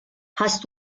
hast